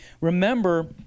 Remember